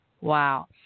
Wow